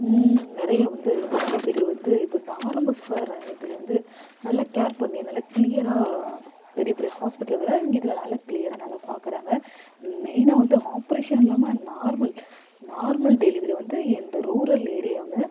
நிறைய வந்து மகப்பேறு வந்து இப்போ இந்த ஆரம்ப சுகாதார நிலையத்தில் வந்து நல்லா கேர் பண்ணி நல்ல கிளியராக பெரிய பெரிய ஹாஸ்ப்பிட்டலை விட இதில் நல்லா கிளியராக நல்லா பார்க்குறாங்க மெயினாக வந்து ஆப்ரேஷன் இல்லாமல் நார்மல் நார்மல் டெலிவரி வந்து இந்த ரூரல் ஏரியாவில்